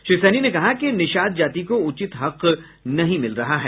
श्री सहनी ने कहा कि निषाद जाति को उचित हक नहीं मिल रहा है